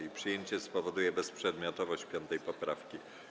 Jej przyjęcie spowoduje bezprzedmiotowość 5. poprawki.